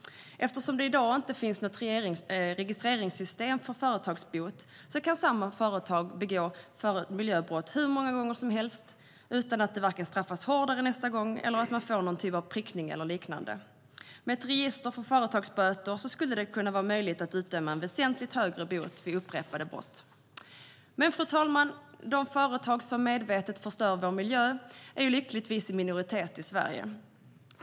Eftersom det i dag inte finns något registreringssystem för företagsbot kan samma företag begå miljöbrott hur många gånger som helst utan att vare sig straffas hårdare nästa gång eller få någon typ av prickning eller liknande. Med ett register för företagsböter skulle det kunna vara möjligt att utdöma en väsentligt högre bot vid upprepade brott. Men, fru talman, de företag som medvetet förstör vår miljö är lyckligtvis i minoritet i Sverige.